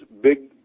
big